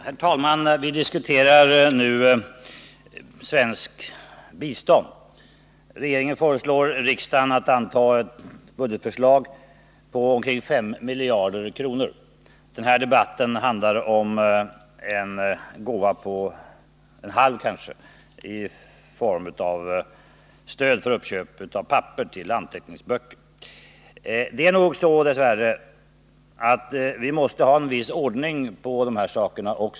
Herr talman! Vi diskuterar nu svenskt bistånd. Regeringen föreslår riksdagen att anta ett budgetförslag på omkring 5 miljarder kronor. Den här debatten handlar om ett belopp på kanske 0,5 miljoner för papper till anteckningsböcker. Det är nog dess värre så att vi måste ha en viss ordning också på de här sakerna.